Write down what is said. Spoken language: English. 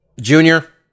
Junior